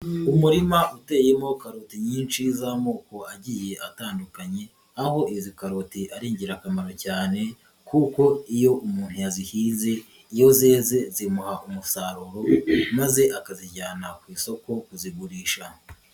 Umurima uteyemo karoti nyinshi z'amoko agiye atandukanye, aho izi karoti ari ingirakamaro cyane kuko iyo umuntu yazihinze, iyo zeze zimuha umusaruro maze akazijyana ku isoko kuzigurisha.